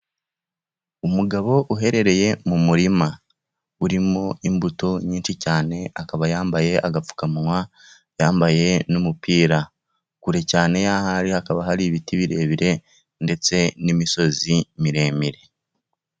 Umugabo uherereye mu murima. urimo imbuto nyinshi cyane akaba yambaye agapfukamunwa n'umupira. kure cyane yaho ari hakaba hari ibiti birebire ndetse n'imisozi miremire.